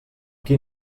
qui